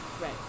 Right